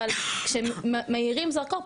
אבל כשמאירים זרקור,